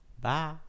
Bye